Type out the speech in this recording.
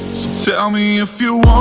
so tell me if you